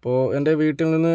അപ്പോൾ എൻ്റെ വീട്ടിൽനിന്ന്